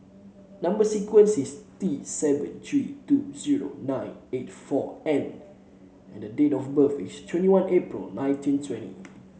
number sequence is T seven three two zero nine eight four N and date of birth is twenty one April nineteen twenty